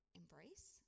embrace